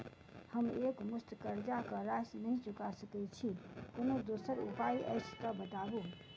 हम एकमुस्त कर्जा कऽ राशि नहि चुका सकय छी, कोनो दोसर उपाय अछि तऽ बताबु?